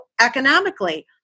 economically